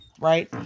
right